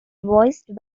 voiced